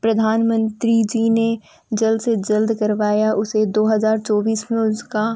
प्रधानमंत्री जी ने जल्द से जल्द करवाया उसे दो हज़ार चौबीस में उसका